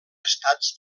estats